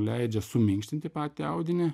leidžia suminkštinti patį audinį